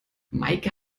meike